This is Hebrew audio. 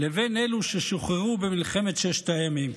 לבין אלו ששוחררו במלחמת ששת הימים.